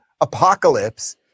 apocalypse